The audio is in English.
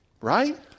Right